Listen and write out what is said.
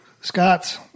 Scott's